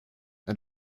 and